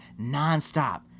nonstop